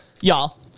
y'all